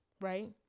right